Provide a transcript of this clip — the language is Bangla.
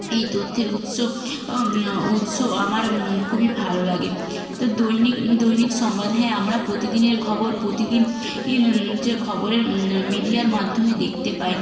এই তথ্যের উৎস উৎস আমার খুবই ভালো লাগে তো দৈনিক দৈনিক সংবাদ হ্যাঁ আমরা প্রতিদিনের খবর প্রতিদিন হচ্ছে খবরের মিডিয়ার মাধ্যমে দেখতে পাই